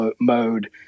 mode